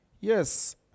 Yes